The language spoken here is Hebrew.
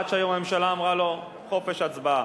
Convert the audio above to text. עד שהיום הממשלה אמרה לו: חופש הצבעה.